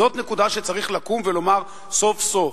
זאת נקודה שצריך לקום ולומר סוף-סוף.